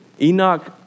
Enoch